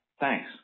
Thanks